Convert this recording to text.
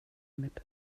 mit